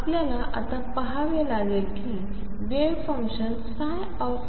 तर आपल्याला आता पहावे लागेल की वेव्ह फंक्शन ψ